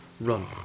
run